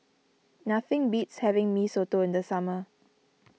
nothing beats having Mee Soto in the summer